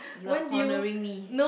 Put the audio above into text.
you are cornering me